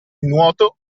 nuoto